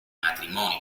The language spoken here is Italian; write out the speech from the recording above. matrimoni